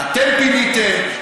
אתם פיניתם,